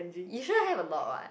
you sure have a lot what